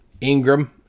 Ingram